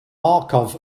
markov